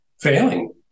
failing